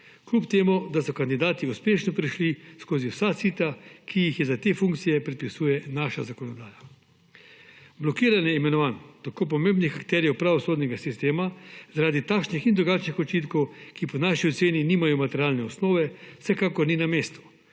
kljub temu da so kandidati uspešno prišli skozi vsa sita, ki jih za te funkcije predpisuje naša zakonodaja. Blokiranje imenovanj tako pomembnih akterjev pravosodnega sistema zaradi takšnih in drugačnih očitkov, ki po naši oceni nimajo materialne osnove, vsekakor ni na mestu